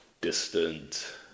distant